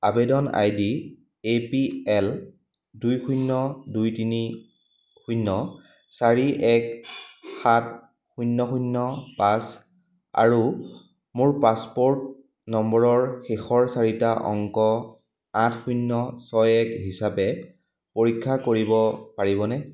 আবেদন I D A P L দুই শূন্য দুই তিনি শূন্য চাৰি এক সাত শূন্য শূন্য পাঁচ আৰু মোৰ পাছপোৰ্ট নম্বৰৰ শেষৰ চাৰিটা অংক আঠ শূন্য ছয় এক হিচাপে পৰীক্ষা কৰিব পাৰিবনে